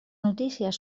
notícies